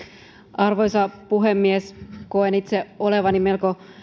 arvoisa puhemies koen itse olevani melko